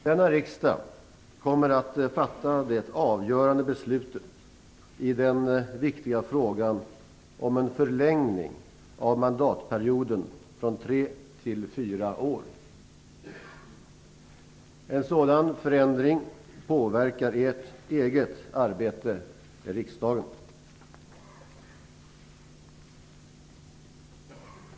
Denna riksdag kommer att fatta det avgörande beslutet i den viktiga frågan om en förlängning av mandatperioden från tre till fyra år. En sådan förändring påverkar ert eget arbete i riksdagen.